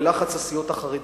בלחץ הסיעות החרדיות.